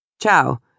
Ciao